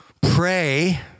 Pray